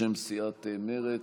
בשם סיעת מרצ,